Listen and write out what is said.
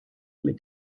mit